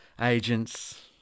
agents